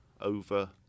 over